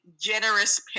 generous